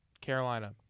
Carolina